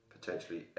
potentially